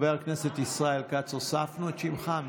כץ, הוספנו את שמך.